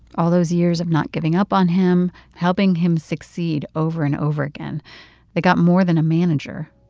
all those years of not giving up on him, helping him succeed over and over again they got more than a manager.